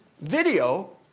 video